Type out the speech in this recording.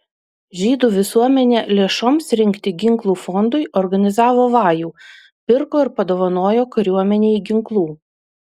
žydų visuomenė lėšoms rinkti ginklų fondui organizavo vajų pirko ir padovanojo kariuomenei ginklų